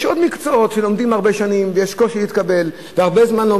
יש עוד מקצועות שלומדים הרבה שנים ויש קושי להתקבל ולומדים הרבה זמן,